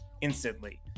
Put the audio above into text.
instantly